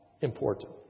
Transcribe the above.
important